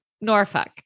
norfolk